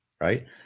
Right